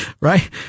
right